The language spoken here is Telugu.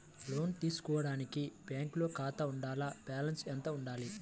లోను తీసుకోవడానికి బ్యాంకులో ఖాతా ఉండాల? బాలన్స్ ఎంత వుండాలి?